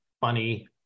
funny